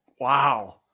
wow